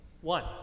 One